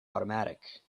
automatic